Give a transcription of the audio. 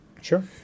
Sure